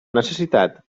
necessitat